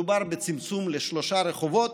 מדובר בצמצום לשלושה רחובות.